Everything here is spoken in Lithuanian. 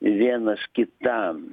vienas kitam